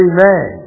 Amen